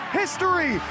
history